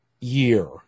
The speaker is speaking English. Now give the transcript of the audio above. year